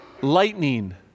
lightning